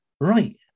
right